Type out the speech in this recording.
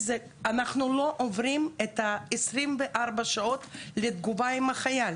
אנחנו לא עוברים 24 שעות לתגובה לחייל.